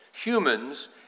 Humans